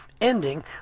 ending